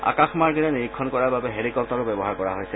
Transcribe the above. আকাশমাৰ্গেৰে নিৰীক্ষণ কৰাৰ বাবে হেলিকপ্তাৰো ব্যৱহাৰ কৰা হৈছে